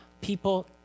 people